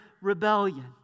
rebellion